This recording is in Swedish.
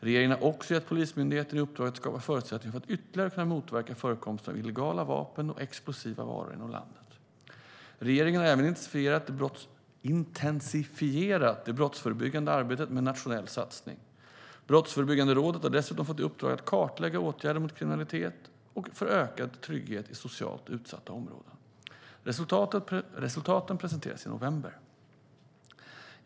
Regeringen har också gett Polismyndigheten i uppdrag att skapa förutsättningar för att ytterligare kunna motverka förekomsten av illegala vapen och explosiva varor inom landet. Regeringen har även intensifierat det brottsförebyggande arbetet med en nationell satsning. Brottsförebyggande rådet har dessutom fått i uppdrag att kartlägga åtgärder mot kriminalitet och för ökad trygghet i socialt utsatta områden. Resultaten presenteras i november.